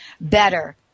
better